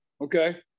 Okay